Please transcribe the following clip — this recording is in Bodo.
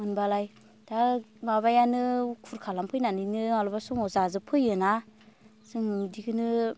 मोनब्लालाय दा माबायानो उखुर खालामफैनानैनो माब्लाबा समाव जाजोबफैयो ना जों इदिखोनो